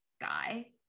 guy